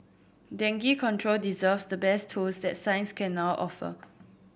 dengue control deserves the best tools that science can now offer